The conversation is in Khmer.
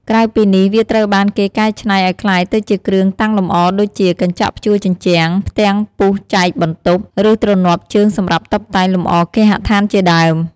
ក្រៅពីនេះវាត្រូវបានគេកែឆ្នៃឲ្យក្លាយទៅជាគ្រឿងតាំងលម្អដូចជា កញ្ចក់ព្យួរជញ្ជាំង ផ្ទាំងពុះចែកបន្ទប់ ឬទ្រនាប់ជើងសម្រាប់តុបតែងលម្អគេហដ្ឋានជាដើម។